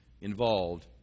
involved